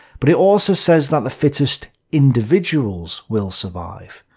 but it also says that the fittest individuals will survive.